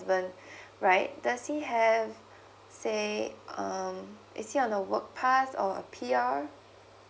right does he has say um it's he on a work pass or a P_R